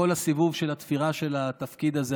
כל הסיבוב של התפירה של התפקיד הזה.